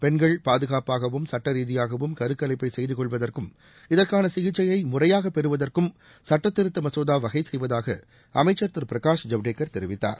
பெண்கள் பாதுகாப்பாகவும் சுட்ட ரீதியாகவும் கருகலைப்பை செய்து கொள்வதற்கும் இதற்கான சிகிச்சைய முறையாக பெறுவதற்கும சுட்ட திருத்த மசோதா வகை செய்வதாக அமைச்சர் திரு பிரகாஷ் ஐவ்டேக்கர் தெரிவித்தார்